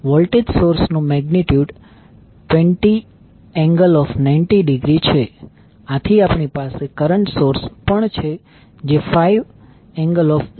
voltage source નું magnitude 2090° છે અને આપણી પાસે કરંટ સોર્સ પણ છે જે 50° છે